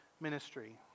ministry